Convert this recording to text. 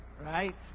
Right